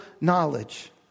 knowledge